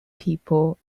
people